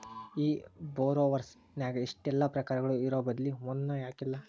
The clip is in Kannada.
ಈ ಬಾರೊವರ್ಸ್ ನ್ಯಾಗ ಇಷ್ಟೆಲಾ ಪ್ರಕಾರಗಳು ಇರೊಬದ್ಲಿ ಒಂದನ ಯಾಕಿಲ್ಲಾ?